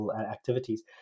activities